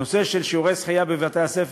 הנושא של שיעורי שחייה בבתי-הספר,